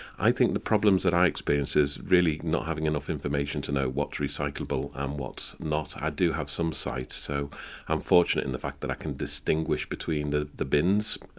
i think the problems that i experience is really not having enough information to know what's recyclable and what's not. i do have some sight, so i'm fortunate in the fact that i can distinguish between the the bins.